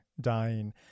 dying